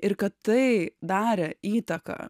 ir kad tai darė įtaką